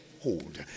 hold